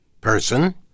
person